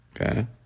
okay